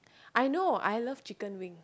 I know I love chicken wing